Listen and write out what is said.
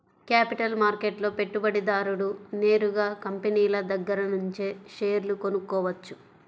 capital మార్కెట్లో పెట్టుబడిదారుడు నేరుగా కంపినీల దగ్గరనుంచే షేర్లు కొనుక్కోవచ్చు